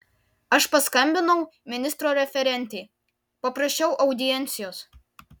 aš paskambinau ministro referentei paprašiau audiencijos